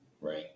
Right